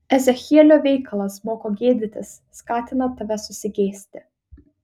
ezechielio veikalas moko gėdytis skatina tave susigėsti